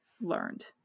learned